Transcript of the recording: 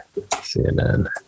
cnn